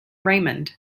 raymond